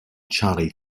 charlie